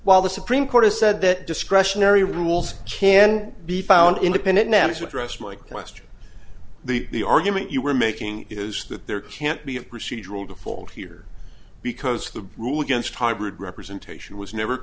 while the supreme court has said that discretionary rules can be found independent now to address my question the the argument you were making is that there can't be a procedural default here because the rule against hybrid representation was never